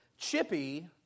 Chippy